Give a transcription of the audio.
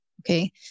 Okay